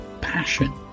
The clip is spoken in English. passion